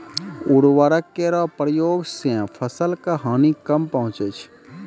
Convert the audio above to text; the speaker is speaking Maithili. उर्वरक केरो प्रयोग सें फसल क हानि कम पहुँचै छै